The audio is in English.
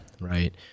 right